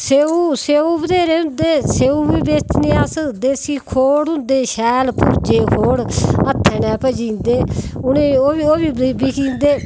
स्येऊ स्येऊ बत्हेरे होंदे स्येऊ बी बेचने अस देस्सी खोड़ होंदे शैल भुर्जे खोड़ हत्थै नै भज्जी जंदे उ'नें ओह् बी बिकी जंदे